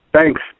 Thanks